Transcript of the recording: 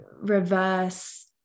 reverse